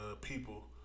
people